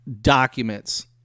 documents